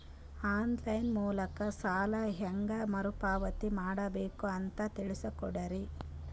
On line ಮೂಲಕ ಸಾಲ ಹೇಂಗ ಮರುಪಾವತಿ ಮಾಡಬೇಕು ಅಂತ ತಿಳಿಸ ಕೊಡರಿ?